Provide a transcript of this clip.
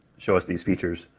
show us these features,